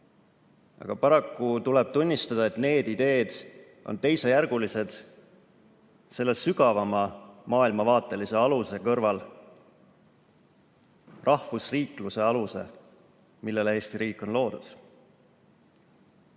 Aga paraku tuleb tunnistada, et need ideed on teisejärgulised selle sügavama maailmavaatelise aluse, rahvusriikluse aluse kõrval, millele Eesti riik on loodud.